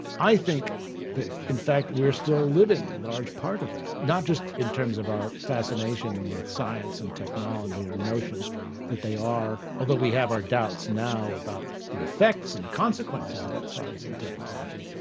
i think that in fact we're still living a large part of that. not just in terms of our fascination with science and technology, our notion that they are although we have our doubts now about the effects and the consequences of that science and technology,